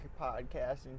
podcasting